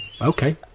okay